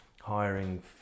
hiring